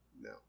No